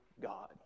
God